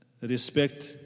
respect